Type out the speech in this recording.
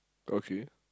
okay